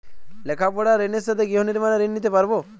লেখাপড়ার ঋণের সাথে গৃহ নির্মাণের ঋণ নিতে পারব?